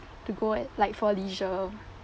to go at like for leisure